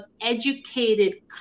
educated